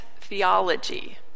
theology